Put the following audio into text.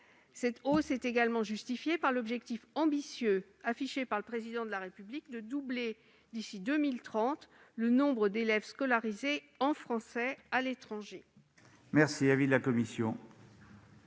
Cette hausse est également justifiée par l'objectif ambitieux affiché par le Président de la République de doubler d'ici à 2030 le nombre d'élèves scolarisés en français à l'étranger.